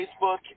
Facebook